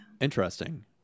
Interesting